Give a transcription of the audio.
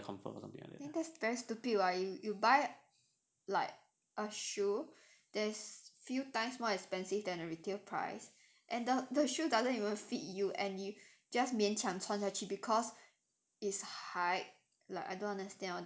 then that's very stupid [what] you you buy like a shoe that's few times more expensive than a retail price and the the shoe doesn't even fit you and you just 勉强穿下去 because it's hype like I don't understand all this shit